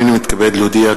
הנני מתכבד להודיע,